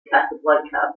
casablanca